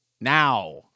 now